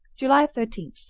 july thirteen.